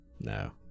No